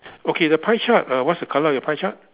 okay the pie chart uh what is the colour of your pie chart